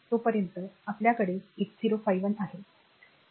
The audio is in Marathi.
तोपर्यंत आपल्याकडे 8051 आहे